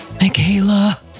Michaela